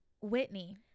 Whitney